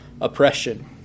oppression